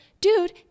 dude